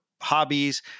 hobbies